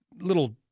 little